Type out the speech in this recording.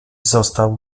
został